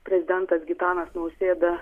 prezidentas gitanas nausėda